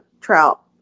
trout